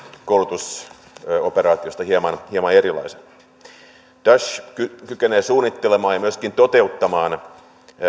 koulutusoperaatiosta hieman erilaisen daesh kykenee suunnittelemaan ja myöskin toteuttamaan